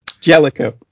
Jellico